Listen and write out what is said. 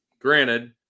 granted